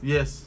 Yes